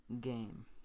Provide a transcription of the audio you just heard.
Game